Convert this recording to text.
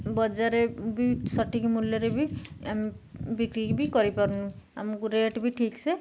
ବଜାରରେ ବି ସଠିକ୍ ମୂଲ୍ୟରେ ବି ଆମେ ବିକ୍ରି ବି କରିପାରୁନୁ ଆମକୁ ରେଟ୍ ବି ଠିକ୍ ସେ